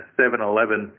7-Eleven